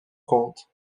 compte